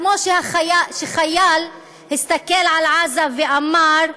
כמו שחייל הסתכל על עזה ואמר: